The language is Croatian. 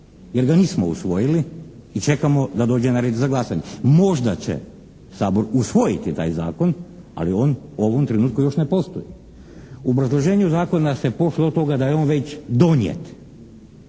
jer ga nismo usvojili i čekamo da dođe na red za glasanje. Možda će Sabor usvojiti taj zakon, ali on u ovom trenutku još ne postoji. U obrazloženju zakona se pošlo od toga da je on već donijet,